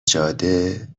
جاده